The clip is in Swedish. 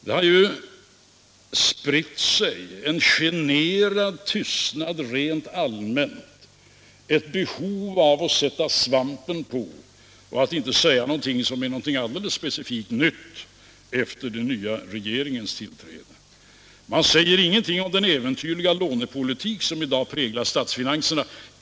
Det har spritt sig en generad tystnad rent allmänt, ett behov av att sätta svampen på och att inte säga någonting som stör friden efter den nya regeringens tillträde. Man säger ingenting om den äventyrliga lånepolitik som i dag präglar statsfinanserna.